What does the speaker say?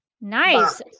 Nice